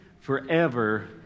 forever